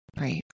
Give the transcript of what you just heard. Right